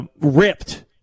ripped